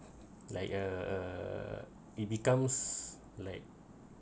like uh it becomes like